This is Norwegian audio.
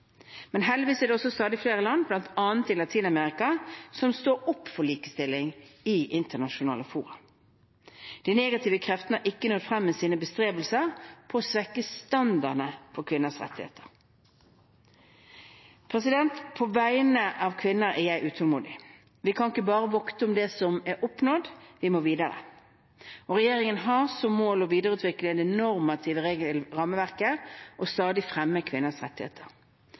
Men heldigvis er det også stadig flere land, bl.a. i Latin-Amerika, som står opp for likestilling i internasjonale fora. De negative kreftene har ikke nådd frem i sine bestrebelser på å svekke standardene for kvinners rettigheter. På vegne av kvinner er jeg utålmodig. Vi kan ikke bare vokte over det som er oppnådd – vi må videre. Regjeringen har som mål å videreutvikle det normative rammeverket og stadig fremme kvinners rettigheter.